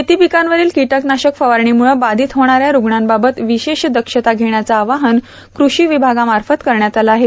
शेतीपिकांवर किटकनाशक फवारणीमुळं बाधित होणाऱ्या ठठणांबाबत विशेष दक्षता घेण्याचं आवाहन कृषी विभागामार्फत करण्यात आलं आहे